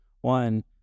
One